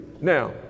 Now